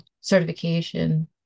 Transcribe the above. certification